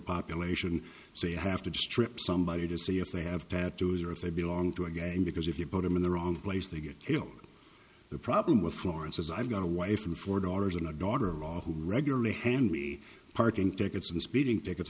population so you have to strip somebody to see if they have tattoos or if they belong to a gang because if you put them in the wrong place they get killed the problem with florence is i've got a wife and four daughters and a daughter in law who regularly hand we parking tickets and speeding tickets